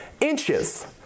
inches